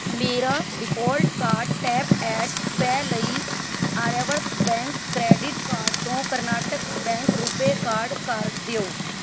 ਮੇਰਾ default card tap and pay ਲਈ Aryavart bank credit card ਤੋਂ ਕਰਨਾਟਕ ਬੈਂਕ ਰੁਪੇ ਕਾਰਡ ਕਰ ਦਿਓ